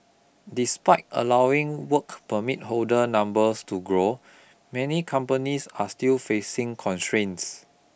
despite allowing work permit holder numbers to grow many companies are still facing constraints